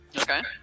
Okay